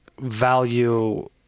value